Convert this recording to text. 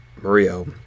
Mario